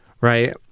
Right